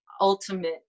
ultimate